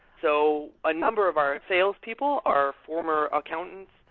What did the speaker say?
so a number of our sales people are former accountants.